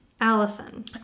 Allison